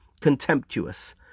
contemptuous